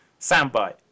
Soundbite